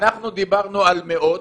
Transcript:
אנחנו דיברנו על מאות